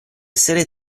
essere